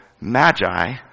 magi